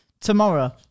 tomorrow